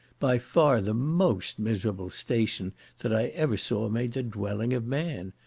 by far the most miserable station that i ever saw made the dwelling of man,